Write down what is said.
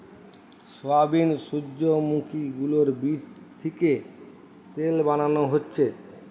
soybean, সূর্যোমুখী গুলোর বীচ থিকে তেল বানানো হচ্ছে